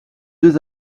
deux